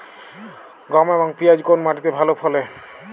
গম এবং পিয়াজ কোন মাটি তে ভালো ফলে?